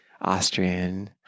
Austrian